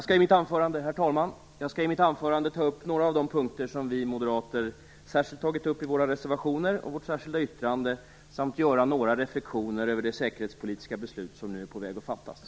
Herr talman! Jag skall i mitt anförande ta upp några av de punkter som vi moderater särskilt tagit upp i våra reservationer och vårt särskilda yttrande samt göra några reflexioner över det säkerhetspolitiska beslut som nu är på väg att fattas.